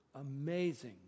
amazing